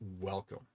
welcome